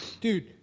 dude